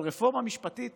אבל רפורמה משפטית